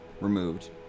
removed